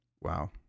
wow